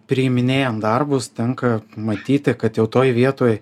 priiminėjam darbus tenka matyti kad jau toj vietoj